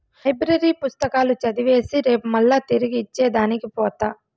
library పుస్తకాలు చదివేసి రేపు మల్లా తిరిగి ఇచ్చే దానికి పోత